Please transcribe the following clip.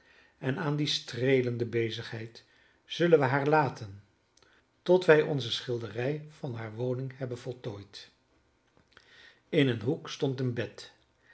en aan die streelende bezigheid zullen wij haar laten tot wij onze schilderij van hare woning hebben voltooid in een hoek stond een bed